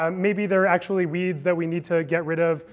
um maybe they're actually weeds that we need to get rid of.